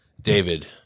David